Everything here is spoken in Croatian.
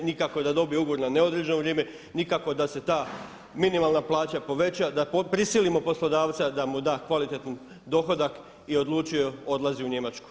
Nikako da dobije ugovor na neodređeno vrijeme, nikako da se ta minimalna plaća poveća, da prisilimo poslodavca da mu da kvalitetan dohodak i odlučio je odlazi u Njemačku.